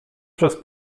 przez